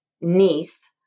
niece